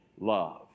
love